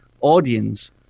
audience